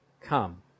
come